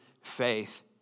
faith